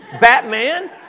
Batman